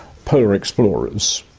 polar explorers,